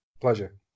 Pleasure